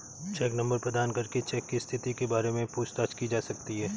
check number प्रदान करके cheque की स्थिति के बारे में पूछताछ की जा सकती है